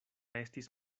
estis